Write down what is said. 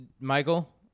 Michael